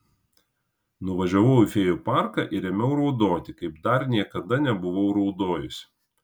nuvažiavau į fėjų parką ir ėmiau raudoti kaip dar niekada nebuvau raudojusi